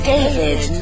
David